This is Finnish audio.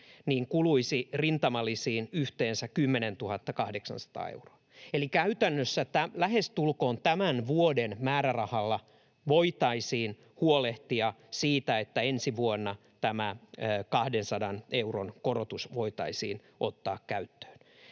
rintamalisiin kuluisi yhteensä 10,8 miljoonaa euroa. Eli käytännössä lähestulkoon tämän vuoden määrärahalla voitaisiin huolehtia siitä, että ensi vuonna tämä 200 euron korotus voitaisiin ottaa käyttöön